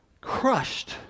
crushed